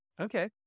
Okay